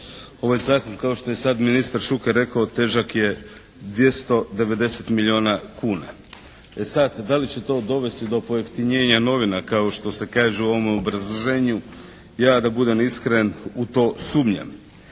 Ovaj Zakon kao što je sad ministar Šuker rekao težak je 290 milijuna kuna. E sad da li će to dovesti do pojeftinjenja novina kao što se kaže u ovom obrazloženju ja da budem iskren u to sumnjam.